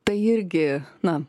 tai irgi na